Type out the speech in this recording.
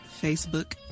Facebook